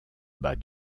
bas